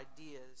ideas